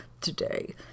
today